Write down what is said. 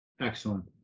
Excellent